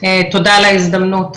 תודה על ההזדמנות.